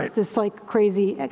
it's like crazy,